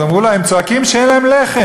אז אמרו לה: הם צועקים שאין להם לחם,